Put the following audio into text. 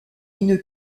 une